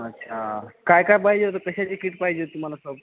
अच्छा काय काय पाहिजे तर कशाची कीट पाहिजे तुम्हाला साहेब